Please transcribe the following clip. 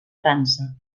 frança